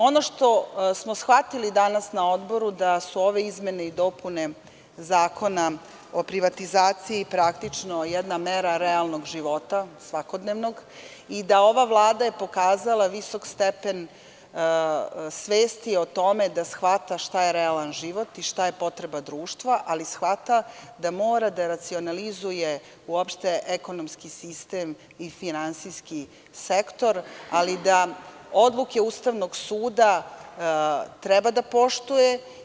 Ono što smo shvatili danas na Odboru je da su ove izmene i dopune Zakona o privatizaciji praktično jedna mera realnog života, svakodnevnog i da je ova vlada pokazala visok stepen svesti o tome da shvata šta je realan život i šta je potreba društva, ali shvata da mora da racionalizuje uopšte ekonomski sistem i finansijski sektor, ali i da odluke Ustavnog suda treba da poštuje.